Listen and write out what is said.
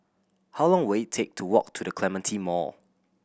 how long will it take to walk to The Clementi Mall